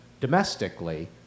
domestically